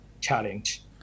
Challenge